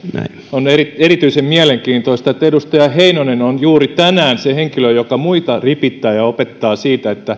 on erityisen mielenkiintoista että edustaja heinonen on juuri tänään se henkilö joka muita ripittää ja opettaa siitä